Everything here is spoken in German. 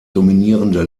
dominierende